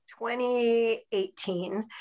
2018